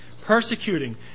persecuting